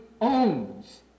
owns